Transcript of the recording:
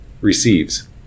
Receives